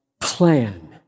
plan